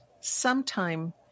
sometime